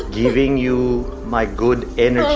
giving you my good energy.